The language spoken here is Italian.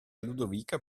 ludovica